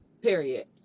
period